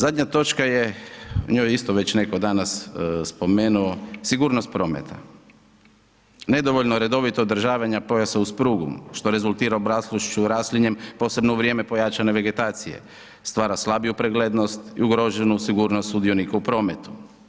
Zadnja točka je, njoj isto već netko danas spomenuo, sigurnost prometa, nedovoljno redovito održavanja, pojasa uz prugu, što rezultira obraslošću raslinjem, posebno u vrijeme pojačane vegetacije, stvara slabiju preglednost i ugroženu sigurnost sudionika u prometu.